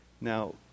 Now